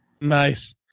Nice